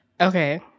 Okay